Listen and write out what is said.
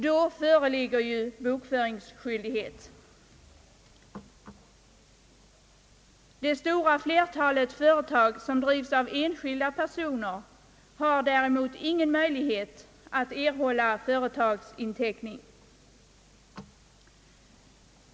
Då föreligger ju bokföringsskyldighet. Det stora flertalet företag inom ifrågavarande näringsgren, som drivs av enskilda personer, har däremot ingen möjlighet att erhålla företagsinteckning.